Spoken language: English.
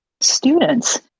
students